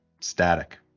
static